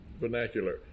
vernacular